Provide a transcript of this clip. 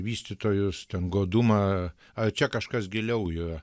vystytojus ten godumą ar čia kažkas giliau yra